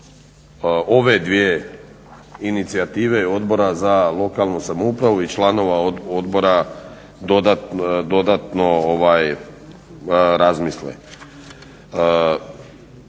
ove dvije inicijative Odbora za lokalnu samoupravu i članova odbora dodatno razmisli.